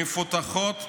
מפותחות,